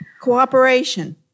Cooperation